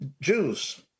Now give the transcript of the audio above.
Jews